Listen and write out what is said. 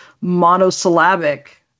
monosyllabic